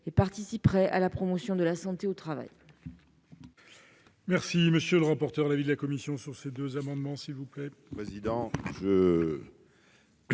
et participerait à la promotion de la santé au travail.